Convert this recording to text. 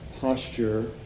posture